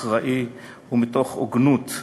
אחראי ומתוך הוגנות,